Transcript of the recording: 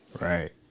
Right